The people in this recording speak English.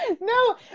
No